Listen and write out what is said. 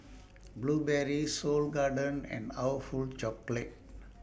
Burberry Seoul Garden and awful Chocolate